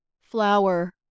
Flower